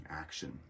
action